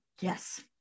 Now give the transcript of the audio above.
Yes